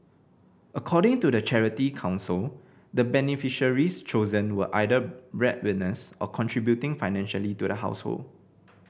according to the Charity Council the beneficiaries chosen were either bread winners or contributing financially to the household